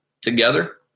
together